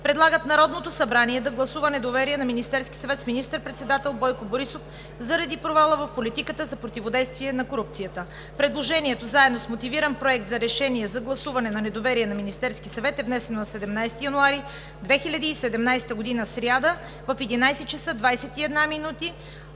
предлагат Народното събрание да гласува недоверие на Министерския съвет с министър председател Бойко Борисов заради провала в политиката за противодействие на корупцията. Предложението, заедно с мотивиран Проект за решение за гласуване на недоверие на Министерския съвет, е внесено на 17 януари 2018 г., сряда, в 11,21 ч.,